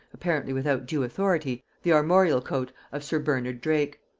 apparently without due authority, the armorial coat of sir bernard drake,